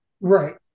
Right